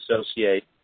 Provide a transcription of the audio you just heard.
associate